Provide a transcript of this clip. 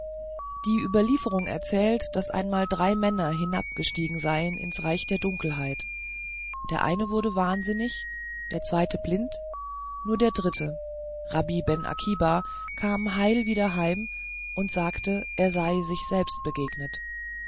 die überlieferung erzählt daß einmal drei männer hinabgestiegen seien ins reich der dunkelheit der eine wurde wahnsinnig der zweite blind nur der dritte rabbi ben akiba kam heil wieder heim und sagte er sei sich selbst begegnet